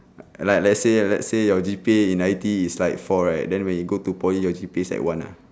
like let's say let's say your G_P_A in I_T_E is like four right then when you go to poly your G_P_A is like one uh